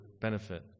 benefit